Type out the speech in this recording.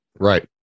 right